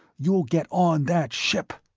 you'll get on that ship!